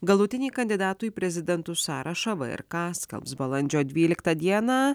galutinį kandidatų į prezidentus sąrašą vrka skelbs balandžio dvyliktą dieną